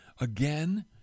again